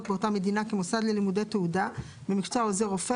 באותה מדינה כמוסד ללימודי תעודה במקצוע עוזר רופא,